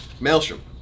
Maelstrom